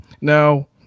Now